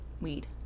weed